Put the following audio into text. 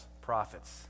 prophets